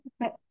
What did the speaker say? right